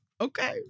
Okay